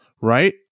right